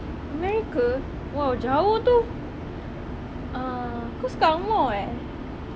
america !wow! jauh tu uh kau suka ang moh eh